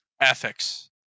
ethics